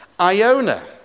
Iona